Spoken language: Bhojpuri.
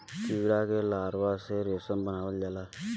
कीड़ा के लार्वा से रेशम बनावल जात बा